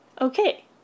Okay